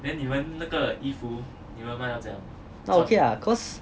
还 okay lah cause